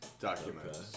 Documents